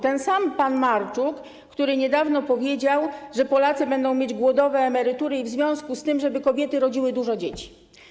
Ten sam pan Marczuk, który niedawno powiedział, że Polacy będą mieli głodowe emerytury i żeby w związku z tym kobiety rodziły dużo dzieci.